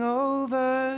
over